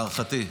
להערכתי.